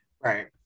Right